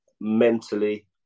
Mentally